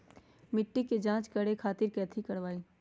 मिट्टी के जाँच करे खातिर कैथी करवाई?